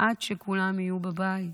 עד שכולם יהיו בבית.